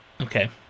Okay